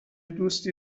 دوستی